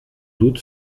doute